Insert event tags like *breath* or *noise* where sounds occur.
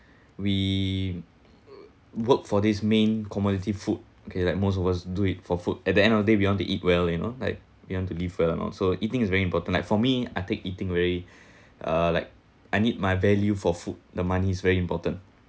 we work for this main commodity food okay like most of us do it for food at the end of the day we want to eat well you know like you want to live well and also eating is very important for me I think eating very *breath* uh like I need my value for food the money is very important